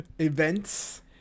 events